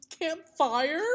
Campfire